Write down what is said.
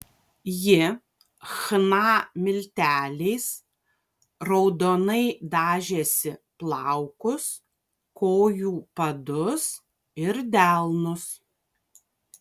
ji chna milteliais raudonai dažėsi plaukus kojų padus ir delnus